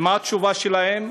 ומה התשובה שלהם?